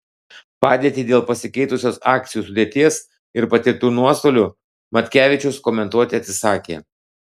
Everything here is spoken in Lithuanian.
padėtį dėl pasikeitusios akcijų sudėties ir patirtų nuostolių matkevičius komentuoti atsisakė